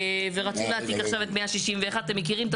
ורצו להעתיק עכשיו את 161 אתם מכירים את